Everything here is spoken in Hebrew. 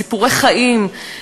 זה סיפורי חיים,